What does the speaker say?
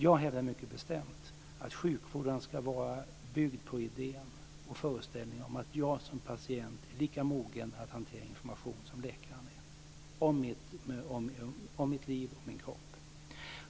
Jag hävdar mycket bestämt att sjukvården ska vara byggd på idén och föreställningen att jag som patient är lika mogen att hantera information om mitt liv och min kropp som läkaren är.